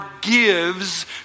gives